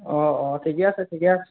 অঁ অঁ ঠিকে আছে ঠিকে আছে